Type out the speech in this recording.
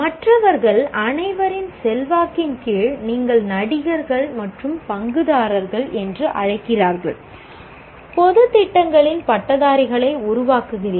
மற்றவர்கள் அனைவரின் செல்வாக்கின் கீழ் நீங்கள் நடிகர்கள் மற்றும் பங்குதாரர்கள் என்று அழைக்கிறீர்கள் பொது திட்டங்களின் பட்டதாரிகளை உருவாக்குகிறீர்கள்